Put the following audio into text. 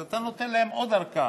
אז אתה נותן להן עוד ארכה,